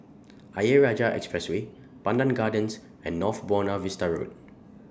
Ayer Rajah Expressway Pandan Gardens and North Buona Vista Road